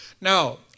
Now